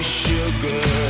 sugar